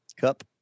cup